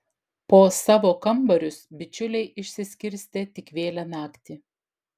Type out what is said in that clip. po savo kambarius bičiuliai išsiskirstė tik vėlią naktį